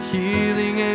healing